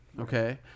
okay